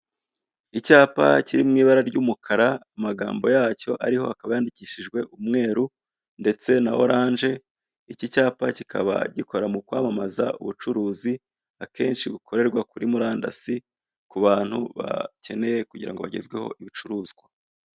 Icyapa kiri mu ibara ry'umukara, amagambo yacyo ariho akaba yandikishijwe umweru ndetse na oranje, iki cyapa kikaba gikora mu kwamamaza ubucuruzi, akenshi bukorerwa kubi murandasi, ku bantu bakeneye kugira ngo bagezweho ibicuruzwa.